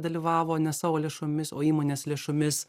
dalyvavo ne savo lėšomis o įmonės lėšomis